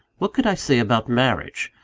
what could i say about marriage?